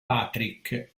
patrick